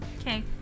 Okay